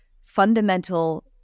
fundamental